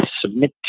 submit